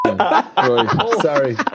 Sorry